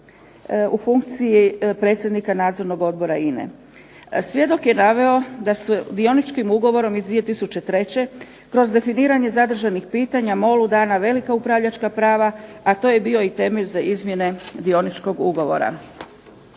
u funkciji predsjednika Nadzornog odbora INA-e. Svjedok je naveo da se dioničkim ugovorom iz 2003. kroz definiranje zadržanih pitanja MOL-u dana velika upravljačka prava, a to je bio i temelj za izmjene dioničkog ugovora.